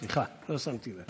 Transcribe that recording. סליחה, לא שמתי לב.